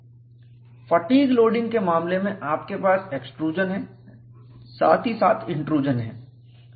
fatigue loading के मामले में आपके पास एक्सट्रूजन है साथ ही साथ इंट्रूजन है